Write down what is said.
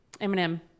Eminem